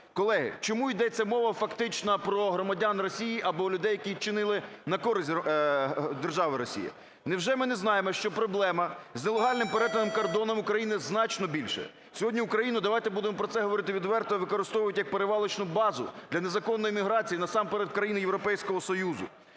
колеги, чому йдеться мова фактично про громадян Росії або людей, які вчинили на користь держави Росія? Невже ми не знаємо, що проблема з нелегальним перетином кордону України значно більша. Сьогодні Україну, давайте будемо про це говорити відверто, використовують як перевалочну базу для незаконної еміграції, насамперед в країни Європейського Союзу.